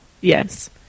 Yes